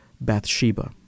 Bathsheba